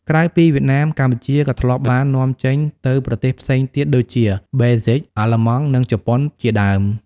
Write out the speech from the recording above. ក្រៅពីវៀតណាម កម្ពុជាក៏ធ្លាប់បាននាំចេញទៅប្រទេសផ្សេងទៀតដូចជា ប៊ែលហ្ស៊ិក អាល្លឺម៉ង់ និងជប៉ុនជាដើម។